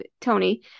Tony